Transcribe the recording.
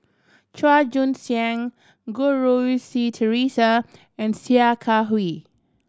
Chua Joon Siang Goh Rui Si Theresa and Sia Kah Hui